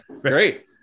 great